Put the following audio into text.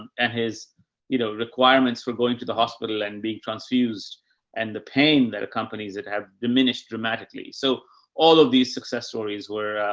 and and his, the you know requirements for going to the hospital and being transfused and the pain that accompanies that have diminished dramatically. so all of these success stories where,